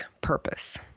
purpose